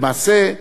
למעשה,